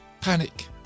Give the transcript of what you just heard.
panic